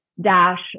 dash